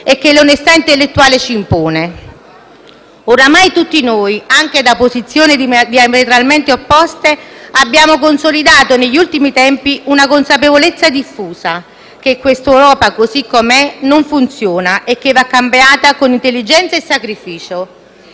e che l'onestà intellettuale ci impone. Oramai tutti noi, anche da posizioni diametralmente opposte, abbiamo consolidato negli ultimi tempi una consapevolezza diffusa, che questa Europa, così come è, non funziona e va cambiata con intelligenza e sacrificio.